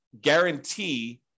guarantee